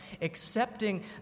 Accepting